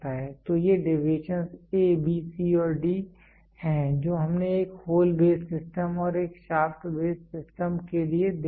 तो ये deviations A B C और D हैं जो हमने एक होल बेस सिस्टम और एक शाफ्ट बेस सिस्टम के लिए देखा था